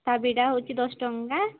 ତା' ବିଡ଼ା ହେଉଛି ଦଶ ଟଙ୍କା